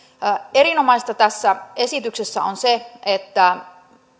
erinomaista tässä esityksessä on se että